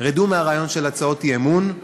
רדו מהרעיון של הצעות אי-אמון,